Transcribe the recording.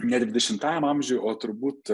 ne dvidešimtajam amžiuj o turbūt